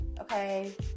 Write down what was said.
okay